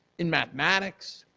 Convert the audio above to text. in mathematics,